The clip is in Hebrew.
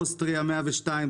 אוסטריה 102,